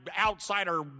outsider